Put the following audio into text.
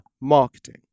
marketing